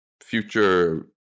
future